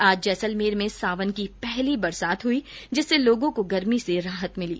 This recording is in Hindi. आज जैसलमेर में सावन की पहली बरसात हुई जिससे लोगो को गर्मी से राहत मिली